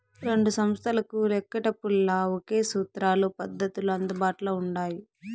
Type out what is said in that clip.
రెండు సంస్తలకు లెక్కేటపుల్ల ఒకే సూత్రాలు, పద్దతులు అందుబాట్ల ఉండాయి